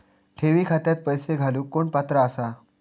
ठेवी खात्यात पैसे घालूक कोण पात्र आसा?